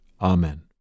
Amen